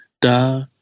da